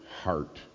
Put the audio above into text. heart